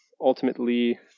ultimately